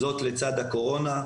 זאת לצד הקורונה,